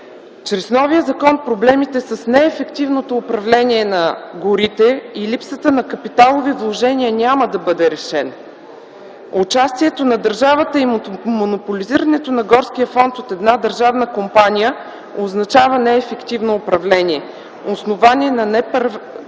Чрез новия законопроект проблемите с неефективното управление на горите и липсата на капиталови вложения няма да бъде решен. Участието на държавата и монополизирането на горския фонд от една държавна компания означава неефективно управление, основано на непазарни